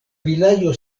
vilaĝo